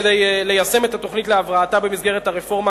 כדי ליישם את התוכנית להבראתה במסגרת הרפורמה